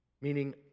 Meaning